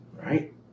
Right